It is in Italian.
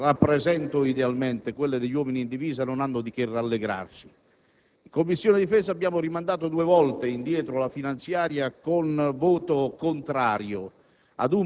rappresento idealmente, quelle degli uomini in divisa, non hanno di che rallegrarsi. In Commissione difesa abbiamo rimandato due volte indietro la finanziaria con voto contrario